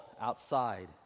outside